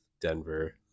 denver